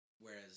whereas